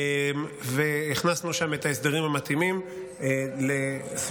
והכנסנו לשם את ההסדרים המתאימים לשביעות